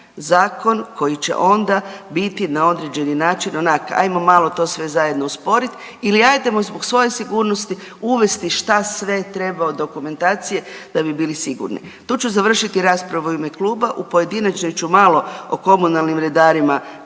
zakon koji će onda biti na određeni način onak ajmo malo to sve zajedno usporit ili ajdemo zbog svoje sigurnosti uvesti šta sve treba od dokumentacije da bi bili sigurni. Tu ću završiti raspravu u ime kluba, u pojedinačnoj ću malo o komunalnim redarima